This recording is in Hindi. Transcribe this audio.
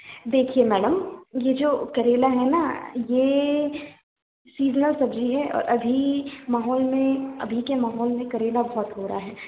देखिए मैडम ये जो करेला है ना ये सीजनल सब्जी है और अभी माहौल में अभी के माहौल में करेला बहुत हो रहा है